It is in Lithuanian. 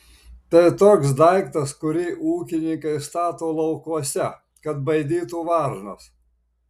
tai toks daiktas kurį ūkininkai stato laukuose kad baidytų varnas